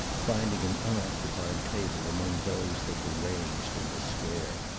finding an unoccupied table among those that were ranged in the square.